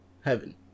heaven